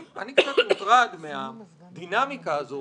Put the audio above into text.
אני קצת מוטרד מהדינמיקה הזאת